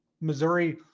Missouri